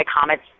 comets